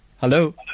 hello